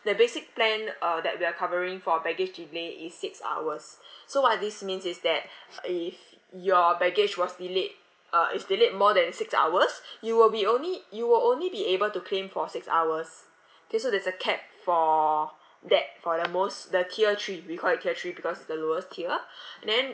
the basic plan uh that we are covering for our baggage delay is six hours so what this means is that if your baggage was delayed uh is delayed more than six hours you will be only you will only be able to claim for six hours K so there's a cap for that for the most the tier three we call it tier three because it's the lowest tier and then